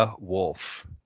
Wolf